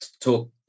talk